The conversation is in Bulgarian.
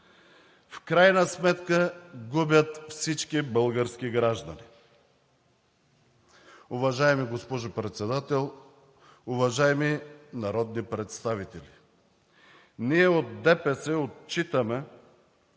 в крайна сметка губят всички български граждани. Уважаема госпожо Председател, уважаеми народни представители! Ние от ДПС отчитаме,